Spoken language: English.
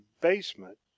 basement